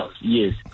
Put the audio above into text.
yes